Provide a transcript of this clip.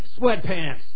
sweatpants